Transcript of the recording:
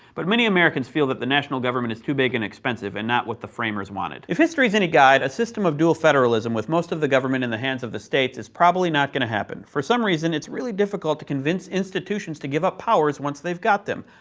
but many americans feel that the national government is too big and expensive and not what the framers wanted. if history is any guide, a system of dual federalism with most of the government in the hands of the states is probably not going to happen. for some reason, it's really difficult to convince institutions to give up powers once they've got them.